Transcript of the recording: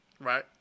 Right